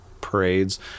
parades